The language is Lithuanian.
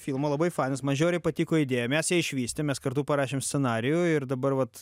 filmą labai fanas man žiauriai patiko idėja mes ją išvystėm mes kartu parašėm scenarijų ir dabar vat